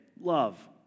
love